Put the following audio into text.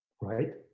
right